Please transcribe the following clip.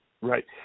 right